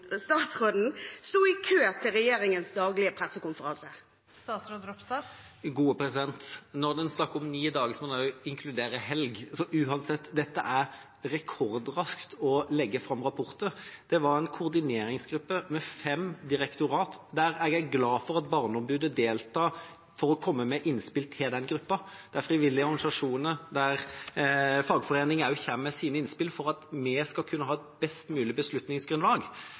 sto i kø til regjeringens daglige pressekonferanse? Når det er snakk om ni dager, må en også inkludere helg. Dette er uansett rekordraskt for å legge fram rapporter. Det var en koordineringsgruppe med fem direktorater, der jeg er glad for at barneombudet deltar for å komme med innspill til den gruppa, der frivillige organisasjoner, der fagforeninger også kommer med sine innspill for at vi skal kunne ha et best mulig beslutningsgrunnlag.